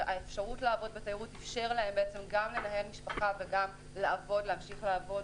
שהאפשרות לעבוד בתיירות אפשר להן גם לנהל משפחה וגם להמשיך לעבוד.